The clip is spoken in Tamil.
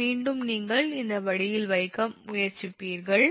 மீண்டும் நீங்கள் இந்த வழியில் வைக்க முயற்சிப்பீர்கள்